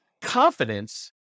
confidence